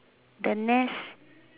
the next